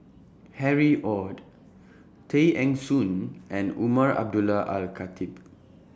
Harry ORD Tay Eng Soon and Umar Abdullah Al Khatib